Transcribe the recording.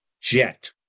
Jet